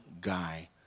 guy